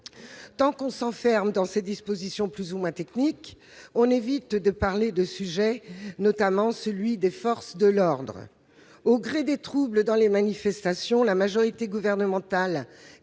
Tant que l'on s'enferme dans ces dispositions plus ou moins techniques, l'on évite de parler de certains sujets, notamment de celui des forces de l'ordre. Au gré des troubles dans les manifestations, la majorité gouvernementale